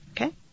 Okay